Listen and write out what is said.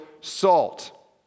salt